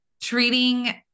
treating